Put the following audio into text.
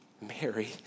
Mary